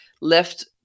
left